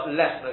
less